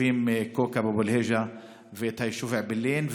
כאוכב אבו אל-היג'א ואת היישוב אעבלין.